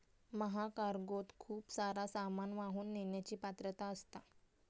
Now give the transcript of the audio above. महाकार्गोत खूप सारा सामान वाहून नेण्याची पात्रता असता